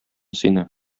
сине